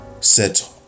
set